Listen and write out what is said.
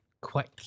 quick